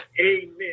Amen